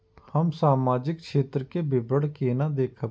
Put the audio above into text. हम सामाजिक क्षेत्र के विवरण केना देखब?